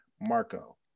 Marco